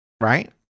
Right